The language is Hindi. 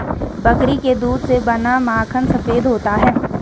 बकरी के दूध से बना माखन सफेद होता है